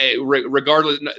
Regardless